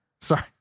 Sorry